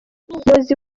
umuyobozi